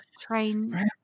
train